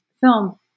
film